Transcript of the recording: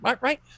right